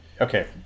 okay